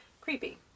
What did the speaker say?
creepy